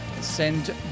send